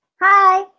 hi